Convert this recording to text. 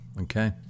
Okay